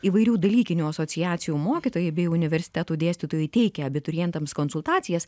įvairių dalykinių asociacijų mokytojai bei universitetų dėstytojai teikia abiturientams konsultacijas